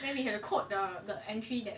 气死我了 then we had a code the the entry that